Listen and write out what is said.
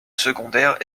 secondaires